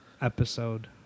episode